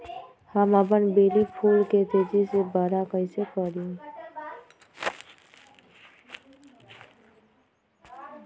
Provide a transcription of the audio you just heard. हम अपन बेली फुल के तेज़ी से बरा कईसे करी?